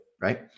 right